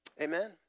Amen